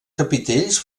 capitells